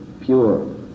pure